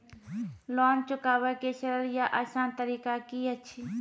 Loan चुकाबै के सरल या आसान तरीका की अछि?